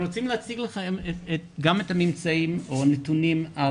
אנחנו רוצים להציג לכם גם את הממצאים או נתונים על